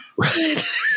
Right